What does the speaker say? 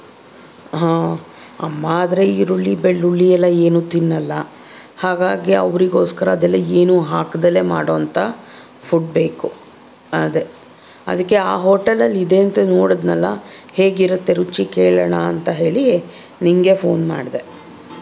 ಹಾಂ ಅಮ್ಮ ಆದರೆ ಈರುಳ್ಳಿ ಬೆಳ್ಳುಳ್ಳಿ ಎಲ್ಲ ಏನು ತಿನ್ನಲ್ಲ ಹಾಗಾಗಿ ಅವರಿಗೋಸ್ಕರ ಅದೆಲ್ಲ ಏನು ಹಾಕ್ದಲೆ ಮಾಡುವಂಥ ಫುಡ್ ಬೇಕು ಅದೇ ಅದಕ್ಕೆ ಆ ಹೋಟೆಲಲ್ಲಿ ಇದೆ ಅಂತ ನೋಡಿದ್ನಲ್ಲ ಹೇಗಿರತ್ತೆ ರುಚಿ ಕೇಳೋಣ ಅಂತ ಹೇಳಿ ನಿನಗೆ ಫೋನ್ ಮಾಡಿದೆ